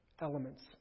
elements